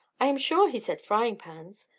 i am sure he said frying-pans.